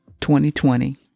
2020